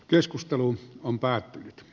keskustelu on päät